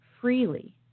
freely